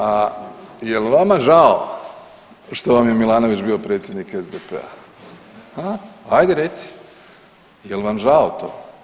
A jel vama žao što vam je Milanović bio predsjednik SDP-a, ha, ajde reci, jel vam žao to?